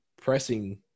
pressing